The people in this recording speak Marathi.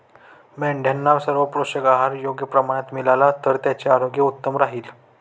मेंढ्यांना सर्व पोषक आहार योग्य प्रमाणात मिळाला तर त्यांचे आरोग्य उत्तम राहील